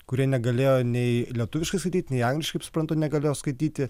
kurie negalėjo nei lietuviškai skaityti nei angliškai kaip suprantu negalėjo skaityti